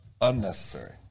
unnecessary